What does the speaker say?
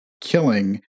killing